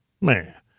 Man